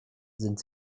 sind